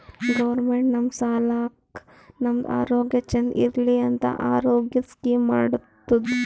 government ನಮ್ ಸಲಾಕ್ ನಮ್ದು ಆರೋಗ್ಯ ಚಂದ್ ಇರ್ಲಿ ಅಂತ ಆರೋಗ್ಯದ್ ಸ್ಕೀಮ್ ಮಾಡ್ತುದ್